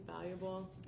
valuable